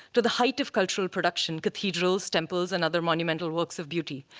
to the height of cultural production, cathedrals, temples, and other monumental works of beauty.